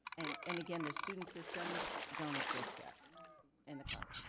and and, again, those student systems don't exist yet in in the cloud.